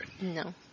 No